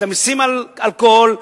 את המסים על אלכוהול,